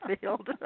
Field